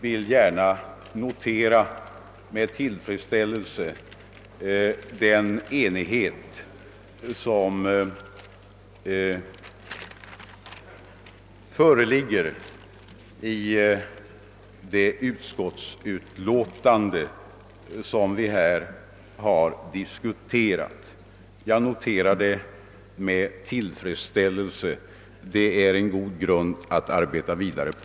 Jag vill med tillfredsställelse notera den enighet som föreligger i det utskottsutlåtande som vi här diskuterar. Det är en god grund att arbeta vidare på.